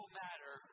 matter